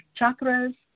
chakras